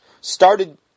started